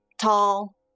Tall